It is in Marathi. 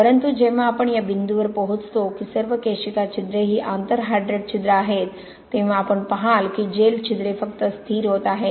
परंतु जेव्हा आपण या बिंदूवर पोहोचतो की सर्व केशिका छिद्रे ही आंतर हायड्रेट छिद्र आहेत तेव्हा आपण पहाल की जेल छिद्रे फक्त स्थिर होत आहेत